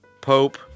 Pope